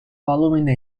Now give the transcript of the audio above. following